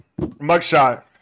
mugshot